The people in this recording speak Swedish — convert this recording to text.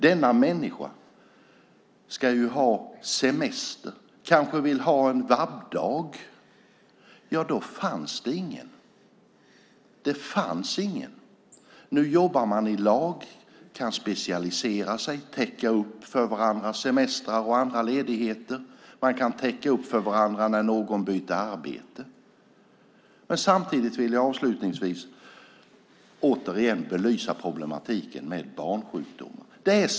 Denna människa skulle ha semester och ville kanske ha en dag för vård av barn, och då fanns det ingen ersättare. Nu jobbar man i lag, kan specialisera sig, täcka upp för varandras semestrar och andra ledigheter och även täcka upp för varandra när någon byter arbete. Avslutningsvis vill jag återigen belysa problematiken med barnsjukdomar.